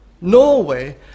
Norway